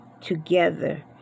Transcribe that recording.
together